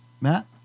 Matt